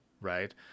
right